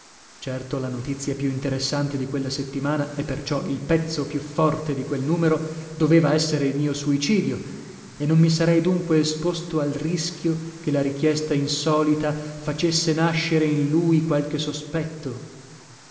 certo la notizia più interessante di quella settimana e perciò il pezzo più forte di quel numero doveva essere il mio suicidio e non mi sarei dunque esposto al rischio che la richiesta insolita facesse nascere in lui qualche sospetto